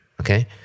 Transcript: okay